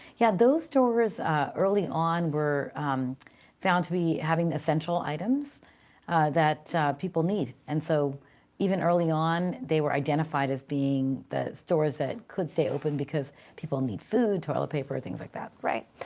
yeah. those stores early on were found to be having essential items that people need. and so even early on, they were identified as being the stores that could stay open because people need food, toilet paper, things like that. right.